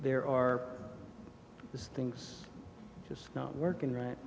there are things just not working right